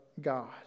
God